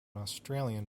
australian